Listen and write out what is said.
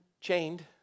chained